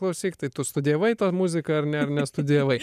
klausyk tai tu studijavai tą muziką ar ne ar nestudijavai